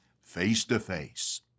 face-to-face